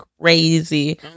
crazy